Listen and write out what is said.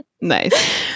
Nice